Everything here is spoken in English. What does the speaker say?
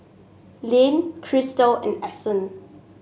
Layne Crystal and Ason